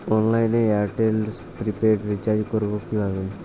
অনলাইনে এয়ারটেলে prepaid recharge করবো কিভাবে?